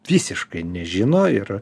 visiškai nežino ir